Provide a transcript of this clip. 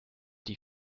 die